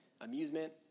amusement